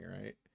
right